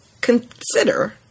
consider